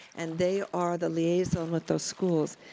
and they are the liaison with those schools.